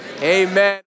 amen